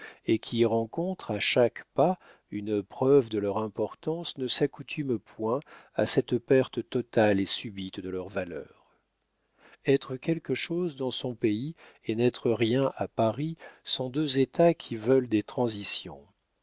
et qui y rencontrent à chaque pas une preuve de leur importance ne s'accoutument point à cette perte totale et subite de leur valeur être quelque chose dans son pays et n'être rien à paris sont deux états qui veulent des transitions